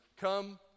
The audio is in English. come